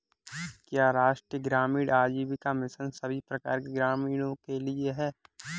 क्या राष्ट्रीय ग्रामीण आजीविका मिशन सभी प्रकार के ग्रामीणों के लिए है?